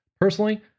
Personally